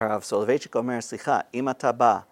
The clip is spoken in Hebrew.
הרב סולובייצ'יק אומר, סליחה, אם אתה בא...